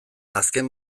azken